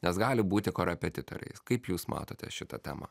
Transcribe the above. nes gali būti korepetitoriais kaip jūs matote šitą temą